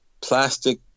plastic